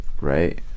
Right